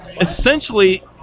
Essentially